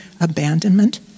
abandonment